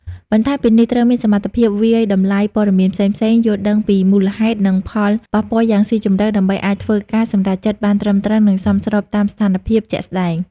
បន្ថែមពីនេះត្រូវមានសមត្ថភាពវាយតម្លៃព័ត៌មានផ្សេងៗយល់ដឹងពីមូលហេតុ និងផលប៉ះពាល់យ៉ាងស៊ីជម្រៅដើម្បីអាចធ្វើការសម្រេចចិត្តបានត្រឹមត្រូវ និងសមស្របតាមស្ថានភាពជាក់ស្តែង។